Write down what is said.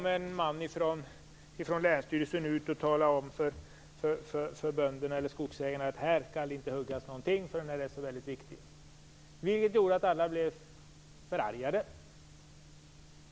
En man från länsstyrelsen kom dit ut och talade om för skogsägarna att det i den skogen inte skulle huggas någonting, eftersom den är så viktig. Det gjorde att alla blev förargade.